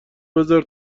بزار